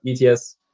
ETS